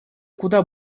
куда